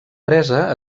presa